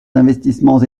d’investissements